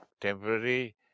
temporary